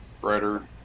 brighter